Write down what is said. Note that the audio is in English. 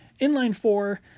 inline-four